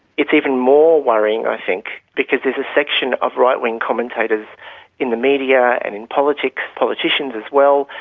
it's even more worrying, i think, because there's a section of right-wing commentators in the media and in politics, politicians as well,